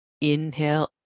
Inhale